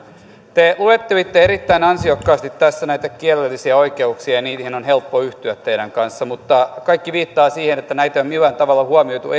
te luettelitte erittäin ansiokkaasti tässä näitä kielellisiä oikeuksia ja niihin on helppo yhtyä teidän kanssanne mutta kaikki viittaa siihen että näitä ei ole millään tavalla huomioitu